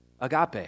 agape